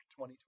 2020